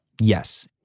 Yes